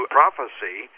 prophecy